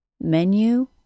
Menu